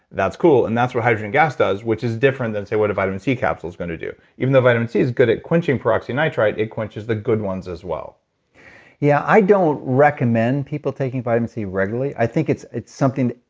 that's cool, and that's what hydrogen gas does, which is different than, say, what a vitamin c capsule's going to do, even though vitamin c's good at quenching peroxynitrite, it quenches the good ones as well yeah. i don't recommend people taking vitamin c regularly. i think it's it's something,